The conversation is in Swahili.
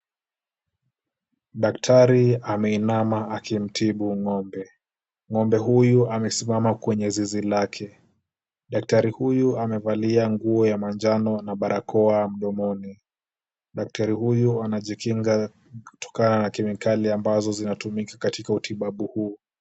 Daktari, ameinama akimtibu ng'ombe, ngombe huyu amesimama kwenye zizi lake. Daktari huyu amevalia mguu ya manjano na barakoa mdomoni, daktari huyu anajikinga kutokana na kemikali ambazo zinatumika katika utibabu huu.